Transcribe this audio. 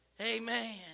Amen